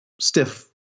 stiff